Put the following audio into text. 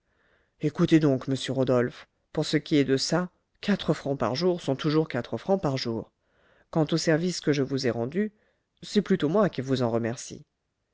écoutez donc monsieur rodolphe pour ce qui est de ça quatre francs par jour sont toujours quatre francs par jour quant au service que je vous ai rendu c'est plutôt moi qui vous en remercie